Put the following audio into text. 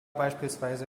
beispielsweise